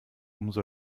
umso